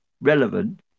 relevant